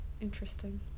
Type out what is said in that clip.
Interesting